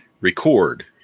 record